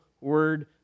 word